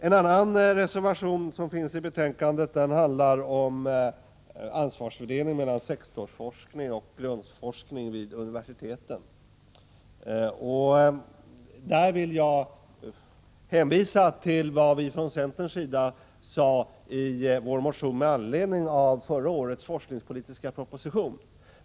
En annan reservation som är fogad till betänkandet handlar om ansvarsfördelningen mellan sektorsforskningen och den grundläggande forskningen vid universiteten. I fråga om detta vill jag hänvisa till vad vi från centerns sida sade i vår motion med anledning av förra årets forskningspolitiska proposition.